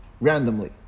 randomly